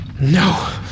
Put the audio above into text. No